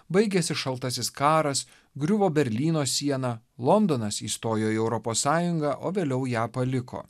baigėsi šaltasis karas griuvo berlyno siena londonas įstojo į europos sąjungą o vėliau ją paliko